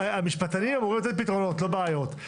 המשפטנים אמורים לתת פתרונות, לא ליצור בעיות.